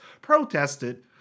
protested